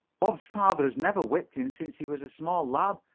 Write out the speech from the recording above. bob's father has never whipped him since he was a small lad,